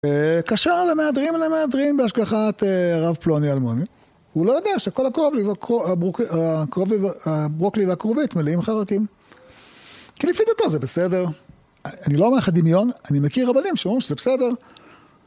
וכשר למהדרין למהדרין בהשגחת הרב פלוני אלמוני, הוא לא יודע שכל הברוקלי והכרובית מלאים חרקים, כי לפי דעתו זה בסדר. אני לא אומר לך דמיון, אני מכיר רבנים שאומרים שזה בסדר